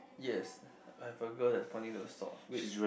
yes I have a girl that's pointing to the store wait